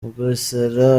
mugesera